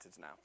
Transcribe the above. now